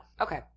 Okay